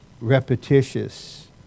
repetitious